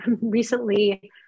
recently